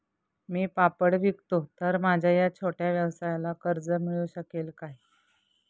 मी पापड विकतो तर माझ्या या छोट्या व्यवसायाला कर्ज मिळू शकेल का?